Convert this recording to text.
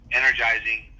energizing